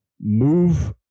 move